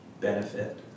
benefit